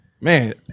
Man